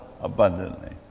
abundantly